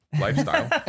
lifestyle